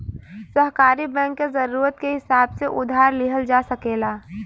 सहकारी बैंक से जरूरत के हिसाब से उधार लिहल जा सकेला